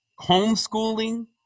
homeschooling